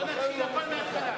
בואו נתחיל הכול מן ההתחלה.